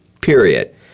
period